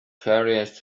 curious